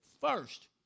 first